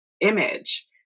image